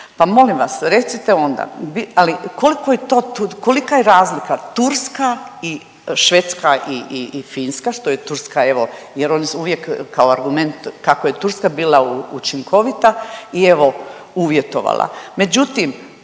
pa molim vas recite onda, ali koliko je to, kolika je razlika Turska i Švedska i Finska, što je Turska evo jer oni uvijek kao argument kako je Turska bila učinkovita i evo uvjetovala,